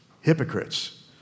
Hypocrites